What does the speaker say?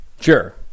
Sure